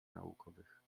naukowych